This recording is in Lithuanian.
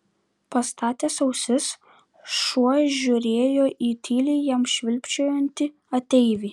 pastatęs ausis šuo žiūrėjo į tyliai jam švilpčiojantį ateivį